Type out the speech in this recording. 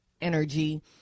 energy